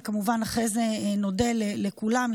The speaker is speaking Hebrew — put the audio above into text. וכמובן אחרי זה נודה לכולם,